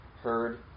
heard